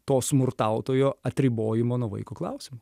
to smurtautojo atribojimo nuo vaiko klausimu